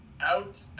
out